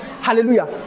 hallelujah